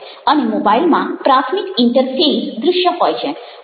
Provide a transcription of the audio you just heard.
અને મોબાઇલમાં પ્રાથમિક ઈન્ટરફેઇસ દ્રશ્ય હોય છે